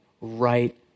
right